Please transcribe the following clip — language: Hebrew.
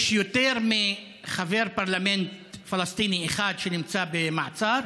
יש יותר מחבר פרלמנט פלסטיני אחד שנמצא במעצר,